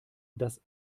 dass